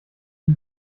die